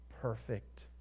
perfect